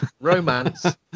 Romance